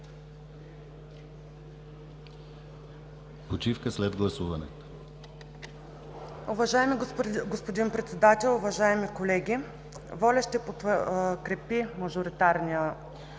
Почивка след гласуването.